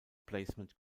placement